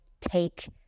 take